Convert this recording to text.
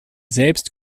selbst